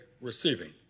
receiving